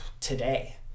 today